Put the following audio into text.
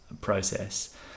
process